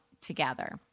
together